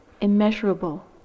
immeasurable